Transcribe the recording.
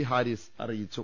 ഹാരിസ് അറിയിച്ചു